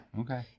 okay